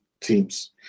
teams